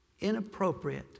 Inappropriate